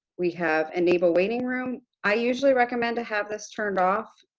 we have enable waiting room, i usually recommend to have this turned off.